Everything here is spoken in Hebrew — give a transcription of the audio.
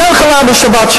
כן חלה בשבת,